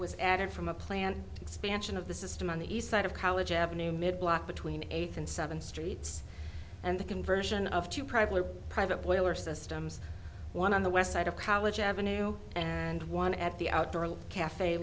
s added from a planned expansion of the system on the east side of college avenue mid block between eight and seven streets and the conversion of to private or private boiler systems one on the west side of college avenue and one at the outdoor cafe